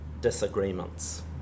disagreements